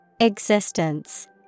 Existence